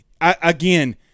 Again